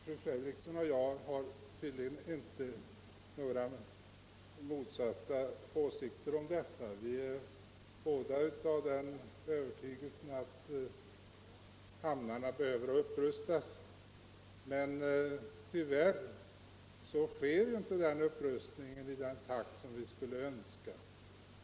Fru talman! Fru Fredrikson och jag har tydligen inte några motsatta åsikter i den här frågan. Vi är båda av den övertygelsen att hamnarna behöver upprustas. Men tyvärr sker inte upprustningen i den takt som vi skulle önska.